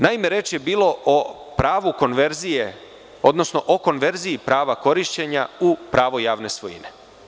Naime, reč je bila o pravu konverzije, odnosno o konverziji prava korišćenja u pravu javne svojine.